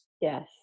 Yes